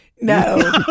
No